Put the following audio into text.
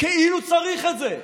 כאילו צריך את זה.